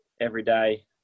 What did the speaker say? everyday